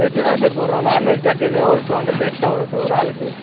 veg தான் sir போடுறோம் nonveg பேக்கேஜ்னால் ஒரு டு ஹண்ட்ரட் எஸ்ட்ரா வரும் சார் ஒரு ஆளுக்கு